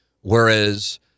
whereas